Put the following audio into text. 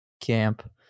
camp